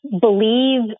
believe